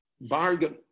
Bargain